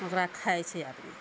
ओकरा खाइ छै आदमी